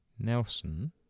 Nelson